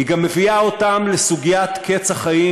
היא גם מביאה אותם לסוגיית קץ החיים,